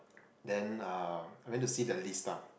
then uh went to see the lista